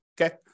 okay